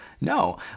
No